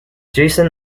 jason